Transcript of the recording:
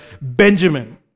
Benjamin